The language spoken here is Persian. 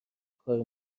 کار